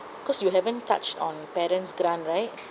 because you haven't touched on parents grant right